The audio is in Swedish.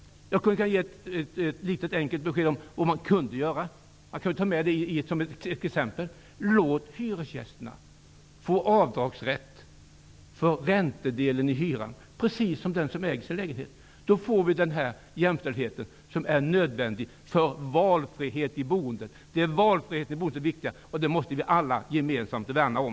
Jag skall ge ett exempel på hur man kan göra. Låt hyresgästerna få rätt till avdrag för räntedelen på hyran, precis som den får som äger sin lägenhet. Då får vi den jämställdhet som är nödvändig för valfrihet i boendet. Det är valfriheten som är det viktiga. Det måste vi alla gemensamt värna om.